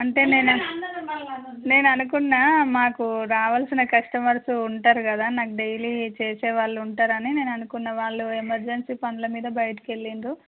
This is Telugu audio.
అంతే నేను అనుకున్న మాకు రావాలిసిన కస్టమర్స్ ఉంటారు కదా నాకు డైలీ చేసే వాళ్ళు ఉంటారు అని నేను అనుకున్న వాళ్ళు ఎమర్జెన్సీ పనుల మీద బయటికి వెళ్ళినారు